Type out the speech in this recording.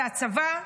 זה הצבא.